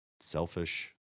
Selfish